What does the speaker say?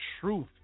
truth